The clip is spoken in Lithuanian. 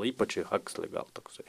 o ypač į huxley gal toksai